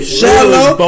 shallow